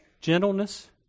gentleness